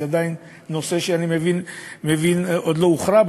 זה נושא שאני מבין שעדיין לא הוכרע,